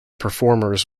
performers